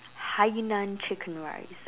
Hainan chicken rice